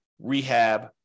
rehab